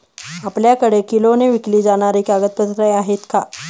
आपल्याकडे किलोने विकली जाणारी कागदपत्रे आहेत का?